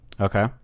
Okay